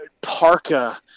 parka